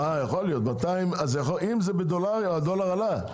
אה, אם זה בדולרים, הדולר עלה...